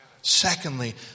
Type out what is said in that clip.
Secondly